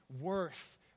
worth